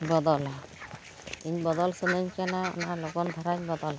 ᱵᱚᱫᱚᱞᱟ ᱤᱧ ᱵᱚᱫᱚᱞ ᱥᱟᱱᱟᱧ ᱠᱟᱱᱟ ᱚᱱᱟ ᱞᱚᱜᱚᱱ ᱫᱷᱟᱨᱟᱧ ᱵᱚᱫᱚᱞᱟ